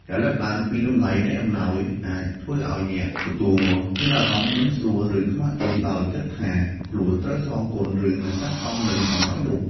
ការលើកឡើងពីតម្លៃនៃអំណោយ អាចធ្វើឲ្យអ្នកទទួលមានអារម្មណ៍មិនស្រួល ឬខ្មាសអៀន ដោយគិតថាខ្លួនត្រូវសងគុណ ឬមិនស័ក្តិសមនឹងអំណោយនោះ។